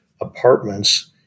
apartments